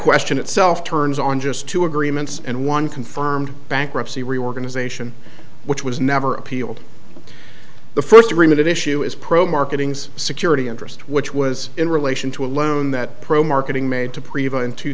question itself turns on just two agreements and one confirmed bankruptcy reorganization which was never appealed the first remitted issue is pro marketing's security interest which was in relation to a loan that pro marketing made to prevail in two